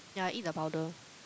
ya I eat the powder